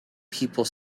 people